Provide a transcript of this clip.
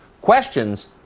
Questions